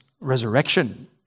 resurrection